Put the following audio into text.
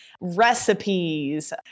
recipes